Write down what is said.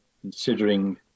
considering